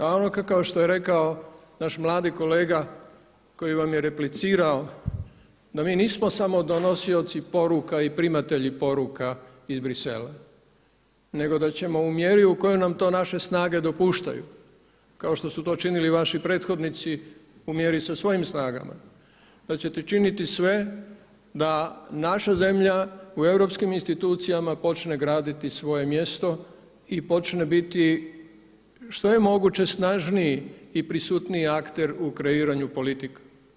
A ono kao što je rekao naš mladi kolega koji vam je replicirao da mi nismo samo donosioci poruka i primatelji poruka iz Brisela nego da ćemo u mjeri u kojoj nam to naše snage dopuštaju, kao što su to činili i vaši prethodnici u mjeri sa svojim snagama da ćete činiti sve da naša zemlja u europskim institucijama počne graditi svoje mjesto i počne biti što je moguće snažniji i prisutniji akter u kreiranju politika.